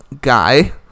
guy